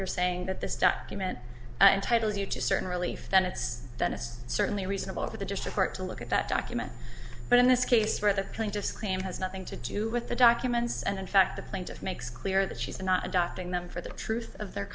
you're saying that this document entitle you to certain relief then it's done it's certainly reasonable for the just a court to look at that document but in this case where the plane just claim has nothing to do with the documents and in fact the plaintiff makes clear that she's not adopting them for the truth of their